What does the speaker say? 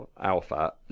Alpha